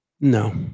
No